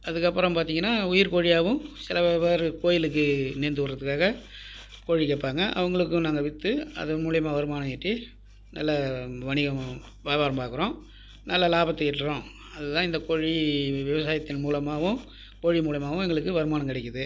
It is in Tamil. அதற்கப்பறம் பார்த்தீங்கன்னா உயிர் கோழியாகவும் சில பேர் கோயிலுக்கு நேந்து விட்றத்துக்காக கோழி கேட்பாங்க அவங்களுக்கும் நாங்கள் விற்று அதன் மூலியமாக வருமானம் ஈட்டி நல்லா வணிகம் வியாபாரம் பார்க்குறோம் நல்ல லாபத்தை ஈட்டுறோம் அது தான் இந்த கோழி விவசாயத்தின் மூலமாகவும் கோழி மூலமாகவும் எங்களுக்கு வருமானம் கிடைக்குது